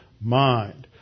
mind